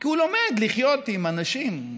כי הוא לומד לחיות עם אנשים,